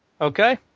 Okay